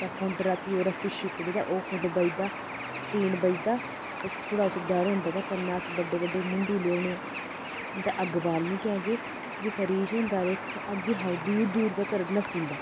ते खूंड रातीं ओह् रस्सी खिच्चदा ते ओह् खुंड बजदा टीन बजदा ते थोह्ड़ा उसी डर होंदा ते कन्नै अस बड्डे मूंडू लेई औने ते अग्ग बालनी ऐ कैह् कि जेह्का रीछ होंदा ऐ इक अग्गीं शा दू दूर तकर नस्सी जंदा